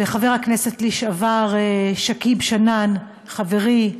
וחבר הכנסת לשעבר שכיב שנאן, חברי,